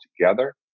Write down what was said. together